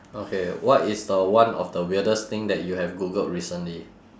okay what is the one of the weirdest thing that you have googled recently